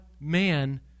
man